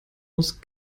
muss